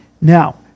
Now